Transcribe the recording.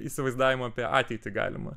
įsivaizdavimą apie ateitį galimą